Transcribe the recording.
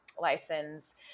license